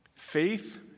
Faith